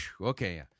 Okay